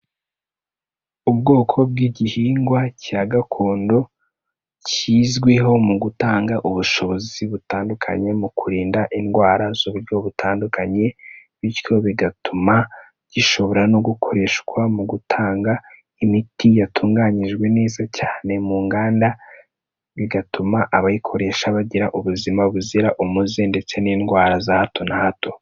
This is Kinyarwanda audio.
Ubwoko bw'igihingwa cya gakondo kizwiho mu gutanga ubushobozi butandukanye mu kurinda indwara z'uburyo butandukanye, bityo bigatuma gishobora no gukoreshwa mu gutanga imiti yatunganyijwe neza cyane mu nganda bigatuma abayikoresha bagira ubuzima buzira umuze ndetse n'indwara za hato na hato.